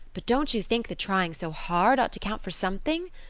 but don't you think the trying so hard ought to count for something?